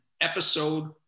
episode